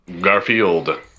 Garfield